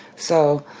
so,